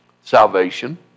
Salvation